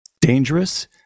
dangerous